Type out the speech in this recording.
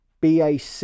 BAC